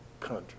country